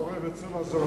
הלך העורב אצל הזרזיר,